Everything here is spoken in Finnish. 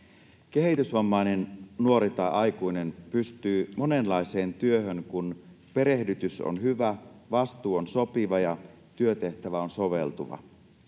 Kehitysvammainen nuori tai aikuinen pystyy monenlaiseen työhön, kun perehdytys on hyvä, vastuu on sopiva ja työtehtävä on soveltuva.